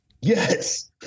Yes